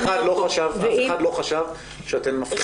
אף אחד לא חשב שאתן מפקירות, חלילה.